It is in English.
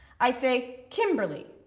i say, kimberly,